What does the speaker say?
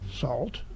Salt